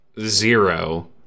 zero